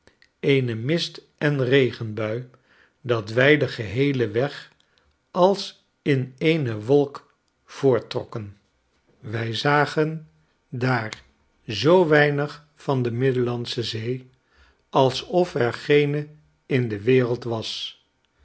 mist en regenbui dat wij den geheelen weg als in eene wolk voorttrokken wij zagen daar zoo weinig van de middellandsche zee alsof er geene in dewereld was